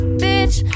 bitch